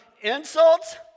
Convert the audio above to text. insults